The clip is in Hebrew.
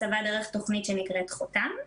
הסבה דרך תוכנית שנקראת חותם,